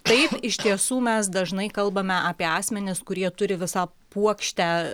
taip iš tiesų mes dažnai kalbame apie asmenis kurie turi visą puokštę